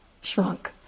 shrunk